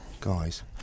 guys